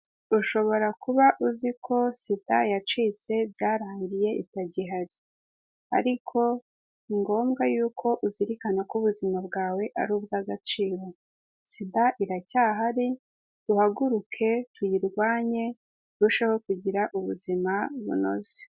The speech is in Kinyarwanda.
Ushobora kuba uzi ko sida yacitse byarangiye itagihari Ariko ni ngombwa yuko uzirikana ko ubuzima bwawe ari ubw'agaciro. Sida iracyahari duhaguruke tuyirwanye urusheho kugira ubuzima bunoze.